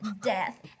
death